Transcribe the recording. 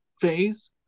phase